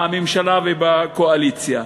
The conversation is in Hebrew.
בממשלה ובקואליציה.